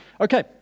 Okay